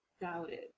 doubted